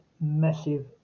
massive